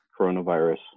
coronavirus